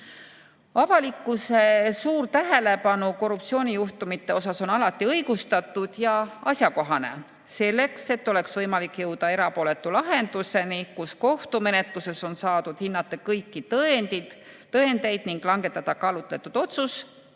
Avalikkuse suur tähelepanu korruptsioonijuhtumitele on alati õigustatud ja asjakohane. Selleks, et oleks võimalik jõuda erapooletu lahenduseni, kus kohtumenetluses on saadud hinnata kõiki tõendeid ning langetada kaalutletud otsus,